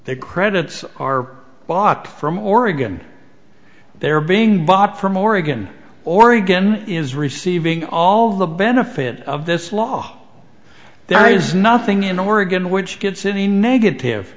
they credits are bought from oregon they're being bought from oregon oregon is receiving all the benefit of this law there is nothing in oregon which gives it a negative